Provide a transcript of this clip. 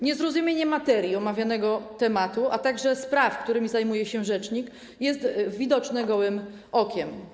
Niezrozumienie materii omawianego tematu, a także spraw, którymi zajmuje się rzecznik, jest widoczne gołym okiem.